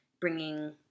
bringing